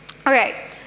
Okay